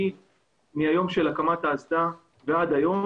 מהיום של הקמת האסדה עד היום,